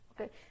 Okay